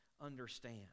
understand